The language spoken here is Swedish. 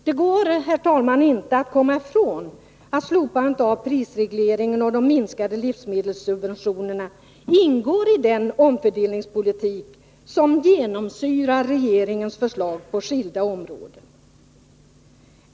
Det går, herr talman, inte att komma ifrån att slopandet av prisregleringen och de minskade livsmedelssubventionerna ingår i den omfördelningspolitik som genomsyrar regeringens förslag på skilda områden.